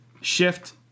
shift